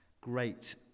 great